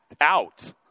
out